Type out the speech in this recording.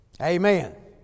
Amen